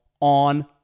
on